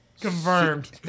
confirmed